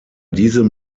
diesem